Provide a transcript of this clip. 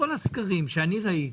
כל הסקרים שאני ראיתי,